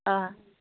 ꯑꯥ